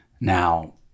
Now